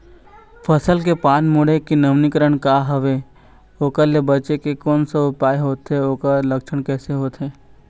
फसल के पान मुड़े के नवीनीकरण का हवे ओकर ले बचे के कोन सा उपाय होथे ओकर लक्षण कैसे होथे?